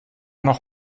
noch